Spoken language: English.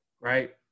right